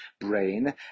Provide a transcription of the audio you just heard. brain